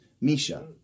Misha